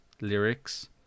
lyrics